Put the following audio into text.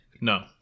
No